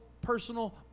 personal